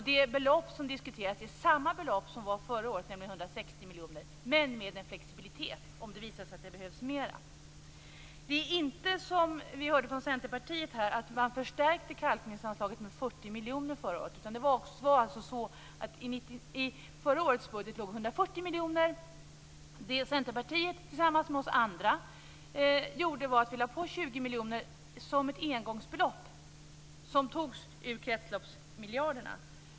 Det belopp som diskuteras är samma belopp som fanns förra året, nämligen 160 miljoner men med en flexibilitet om det visar sig att det behövs mera. Det är inte så, som vi hörde från Centerpartiet tidigare, att man förstärkte kalkningsanslaget med 40 miljoner förra året. Det var så att i förra årets budget låg 140 miljoner. Det Centerpartiet tillsammans med oss andra gjorde var att vi lade på 20 miljoner som ett engångsbelopp som togs ur kretsloppsmiljarderna.